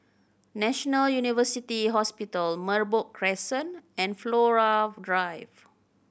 National University Hospital Merbok Crescent and Flora Drive